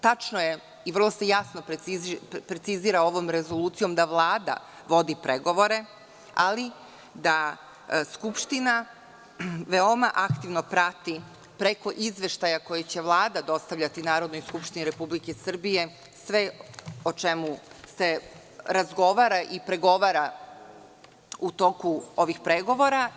Tačno je i vrlo se jasno precizira ovom rezolucijom da Vlada vodi pregovore, ali da Skupština veoma aktivno prati preko izveštaja koji će Vlada dostavljati Narodnoj skupštini Republike Srbije sve o čemu se razgovara i pregovara u toku ovih pregovora.